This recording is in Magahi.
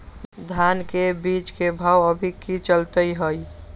धान के बीज के भाव अभी की चलतई हई?